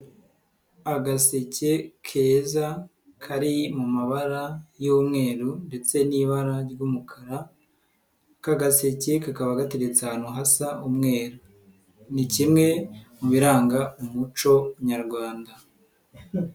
Agaseke keza kari mu mabara y'umweru ndetse n'ibara ry'umukara, aka gaseke kakaba gateretse ahantu hasa umweru, ni kimwe mu biranga umuco nyarwanda.